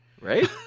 Right